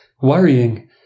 worrying